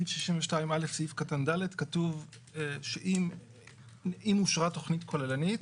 סעיף 62א(ד) כתוב שאם אושרה תכנית כוללנית